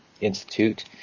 Institute